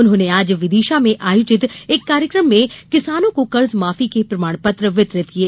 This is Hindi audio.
उन्होंने आज विदिशा में आयोजित एक कार्यक्रम में किसानों को कर्ज माफी के प्रमाणपत्र वितरित किये